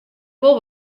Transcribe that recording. wol